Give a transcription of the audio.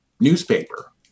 newspaper